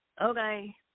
Okay